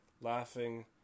laughing